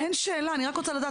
אין שאלה, אני רק רוצה לדעת